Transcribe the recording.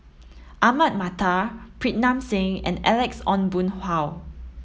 Ahmad Mattar Pritam Singh and Alex Ong Boon Hau